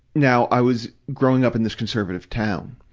now, i was growing up in this conservative town,